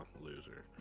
loser